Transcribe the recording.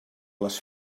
les